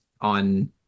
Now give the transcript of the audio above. on